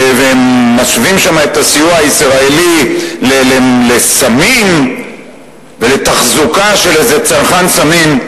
ומשווים שם את הסיוע הישראלי לסמים ולתחזוקה של איזה צרכן סמים.